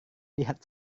lihat